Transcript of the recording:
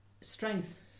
strength